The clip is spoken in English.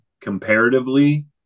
comparatively